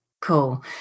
cool